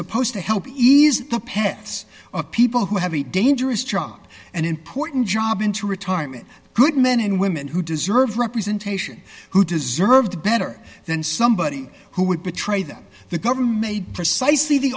supposed to help ease the paths of people who have a dangerous job and important job into retirement good men and women who deserve representation who deserved better than somebody who would betray them the government precisely the